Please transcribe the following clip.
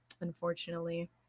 unfortunately